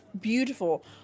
Beautiful